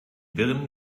wirren